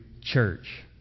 church